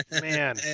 Man